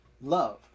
Love